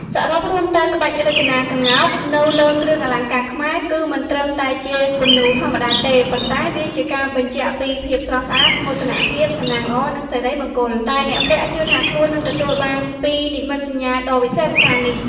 សរុបរួមទៅ ក្បាច់រចនាក្ងោកនៅលើគ្រឿងអលង្ការខ្មែរ គឺមិនត្រឹមតែជាគំនូរធម្មតាទេ ប៉ុន្តែវាជាការបញ្ជាក់ពី ភាពស្រស់ស្អាត មោទនភាព សំណាងល្អ និង សិរីមង្គល ដែលអ្នកពាក់ជឿថាខ្លួននឹងទទួលបានពីនិមិត្តសញ្ញាដ៏វិសេសវិសាលនេះ។